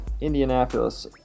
Indianapolis